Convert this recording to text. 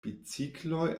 bicikloj